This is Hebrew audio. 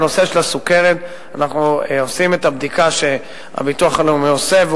בנושא של הסוכרת אנחנו עושים את הבדיקה שהביטוח הלאומי עושה,